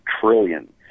trillion